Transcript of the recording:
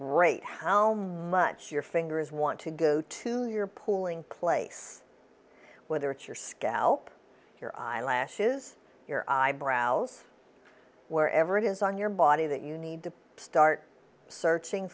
rate how much your fingers want to go to your pulling place whether it's your scalp your eyelashes your eyebrows wherever it is on your body that you need to start searching